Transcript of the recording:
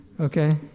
okay